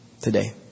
today